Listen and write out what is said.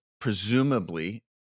presumably